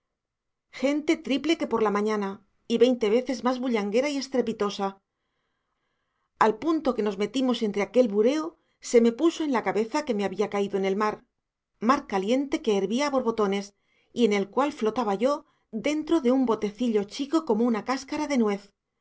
gente triple que por la mañana y veinte veces más bullanguera y estrepitosa al punto que nos metimos entre aquel bureo se me puso en la cabeza que me había caído en el mar mar caliente que hervía a borbotones y en el cual flotaba yo dentro de un botecillo chico como una cáscara de nuez